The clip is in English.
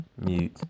mute